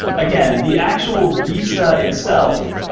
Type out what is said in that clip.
again, the actual visa itself